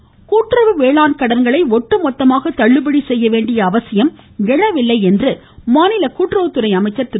ராஜு கூட்டுறவு வேளாண் கடன்களை ஒட்டுமொத்தமாக தள்ளுபடி செய்ய வேண்டிய அவசியம் எழவில்லை என்று மாநில கூட்டுறவுத்துறை அமைச்சர் திரு